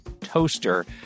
toaster